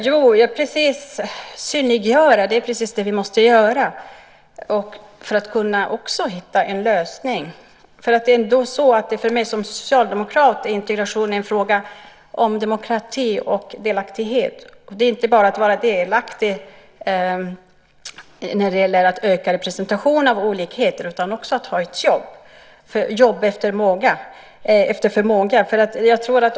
Herr talman! Synliggöra är precis det vi måste göra för att kunna hitta en lösning. För mig som socialdemokrat är integration en fråga om demokrati och delaktighet. Det är inte bara att vara delaktig när det gäller att öka representationen av olikheter utan också att ha ett jobb efter förmåga.